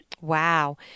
Wow